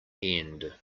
end